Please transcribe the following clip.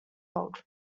old